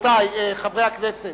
חברי הכנסת,